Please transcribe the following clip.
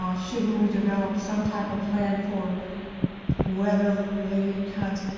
um shouldn't we develop some type of plan for weather related kinds?